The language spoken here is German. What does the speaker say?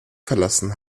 verlassen